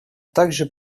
также